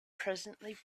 presently